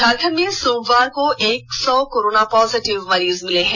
झारखंड में सोमवार को एक सौ कोरोना पॉजिटिव मरीज मिले हैं